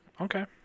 Okay